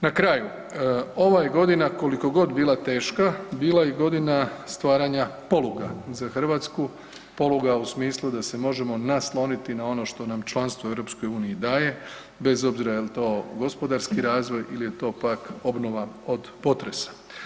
Na kraju, ova je godina koliko god bila teška bila i godina stvaranja poluga za Hrvatsku, poluga u smislu da se možemo nasloniti na ono što nam članstvo u Europskoj uniji daje bez obzira jel' to gospodarski razvoj ili je to pak obnova od potresa.